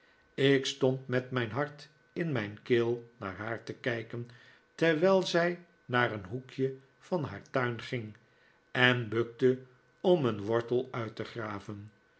ik stond met mijn hart in mijn keel naar haar te kijken terwijl zij naar een hoekje van haar tuin ging en bukte om een wortel uit te graven